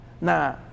Nah